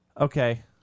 okay